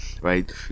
right